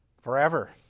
Forever